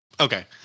Okay